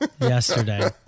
yesterday